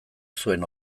zuen